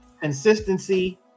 consistency